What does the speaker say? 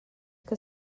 que